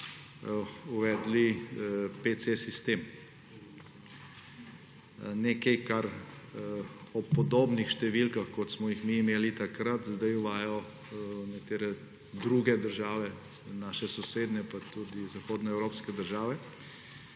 uvedli sistem PC, nekaj, kar ob podobnih številkah, kot smo jih mi imeli takrat, zdaj uvajajo nekatere druge države, naše sosednje pa tudi zahodnoevropske države.